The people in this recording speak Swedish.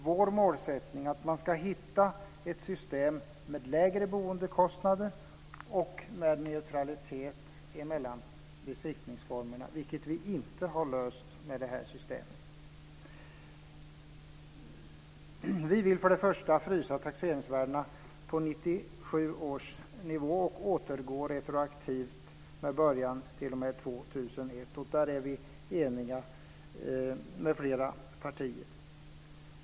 Vår målsättning är att hitta ett system med lägre boendekostnader och med neutralitet mellan besiktningsformerna, vilket inte har lösts med detta system. Vi vill för det första frysa taxeringsvärdena på 1997 års nivå, och denna återgång bör ske retroaktivt fr.o.m. 2001. Där är vi eniga med flera partier.